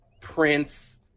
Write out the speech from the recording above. prince